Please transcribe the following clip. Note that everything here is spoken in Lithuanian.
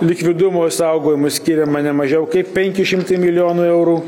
likvidumo išsaugojimui skiriama ne mažiau kaip penki šimtai milijonų eurų